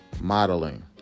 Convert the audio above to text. modeling